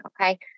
Okay